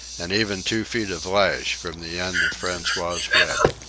and even two feet of lash from the end of francois's whip.